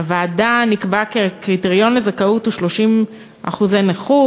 בוועדת הכספים נקבע כי הקריטריון לזכאות הוא 30% נכות,